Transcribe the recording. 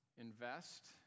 invest